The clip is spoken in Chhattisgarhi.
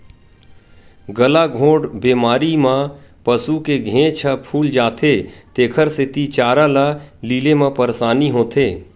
गलाघोंट बेमारी म पसू के घेंच ह फूल जाथे तेखर सेती चारा ल लीले म परसानी होथे